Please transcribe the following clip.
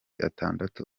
atandatu